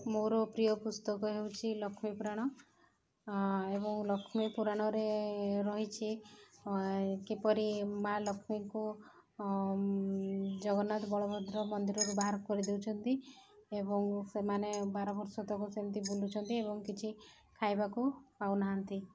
ମୋର ପ୍ରିୟ ପୁସ୍ତକ ହେଉଛି ଲକ୍ଷ୍ମୀପୁରାଣ ଏବଂ ଲକ୍ଷ୍ମୀପୁରାଣରେ ରହିଛି କିପରି ମା ଲକ୍ଷ୍ମୀଙ୍କୁ ଜଗନ୍ନାଥ ବଳଭଦ୍ର ମନ୍ଦିରରୁ ବାହାର କରିଦଉଛନ୍ତି ଏବଂ ସେମାନେ ବାର ବର୍ଷ ତକ ସେମିତି ବୁଲୁଚନ୍ତି ଏବଂ କିଛି ଖାଇବାକୁ ପାଉନାହାନ୍ତି